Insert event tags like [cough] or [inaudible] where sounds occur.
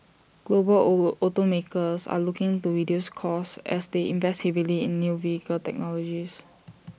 global [unintelligible] automakers are looking to reduce costs as they invest heavily in new vehicle technologies